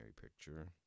picture